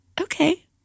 okay